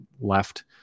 left